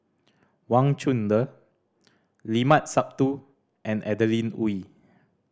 Wang Chunde Limat Sabtu and Adeline Ooi